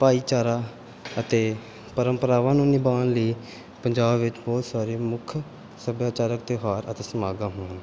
ਭਾਈਚਾਰਾ ਅਤੇ ਪਰੰਪਰਾਵਾਂ ਨੂੰ ਨਿਭਾਉਣ ਲਈ ਪੰਜਾਬ ਵਿੱਚ ਬਹੁਤ ਸਾਰੇ ਮੁੱਖ ਸੱਭਿਆਚਾਰਕ ਤਿਉਹਾਰ ਅਤੇ ਸਮਾਗਮ ਹੋਣੇ